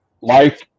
life